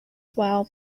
swell